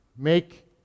Make